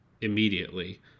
immediately